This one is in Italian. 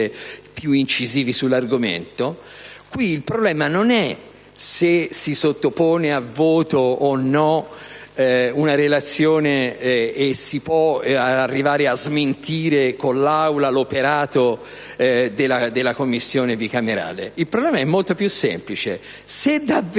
più incisivi sull'argomento), il problema non è se si sottopone al voto o no una relazione, e si può arrivare a smentire con l'Aula l'operato della Commissione bicamerale, ma è molto più semplice. Se davvero